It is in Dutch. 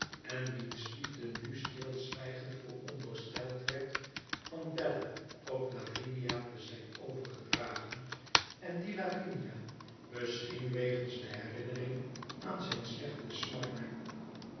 en wiens liefde nu stilzwijgend voorondersteld werd van bella op lavinia te zijn overgedragen en dien lavinia misschien wegens de herinnering aan zijn slechten smaak